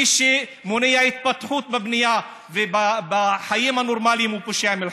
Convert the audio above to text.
מי שמונע התפתחות בבנייה ובחיים הנורמליים הוא פושע מלחמה,